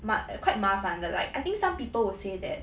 but quite 麻烦的 like I think some people will say that